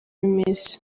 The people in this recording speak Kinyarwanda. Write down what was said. iminsi